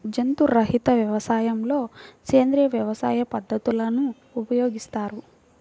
జంతు రహిత వ్యవసాయంలో సేంద్రీయ వ్యవసాయ పద్ధతులను ఉపయోగిస్తారు